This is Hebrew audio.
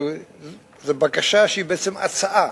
זו בקשה שהיא בעצם הצעה.